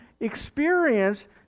experience